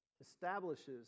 establishes